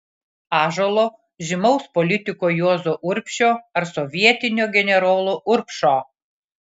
ąžuolo žymaus politiko juozo urbšio ar sovietinio generolo urbšo